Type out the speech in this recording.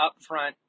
upfront